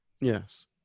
Yes